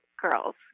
girls